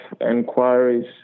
inquiries